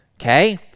okay